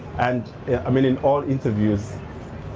and i mean in all interviews,